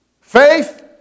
faith